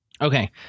Okay